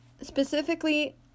specifically